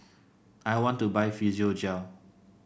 I want to buy Physiogel